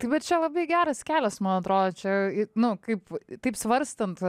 tai vat čia labai geras kelias man atrodo čia nu kaip taip svarstant